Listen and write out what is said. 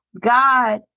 God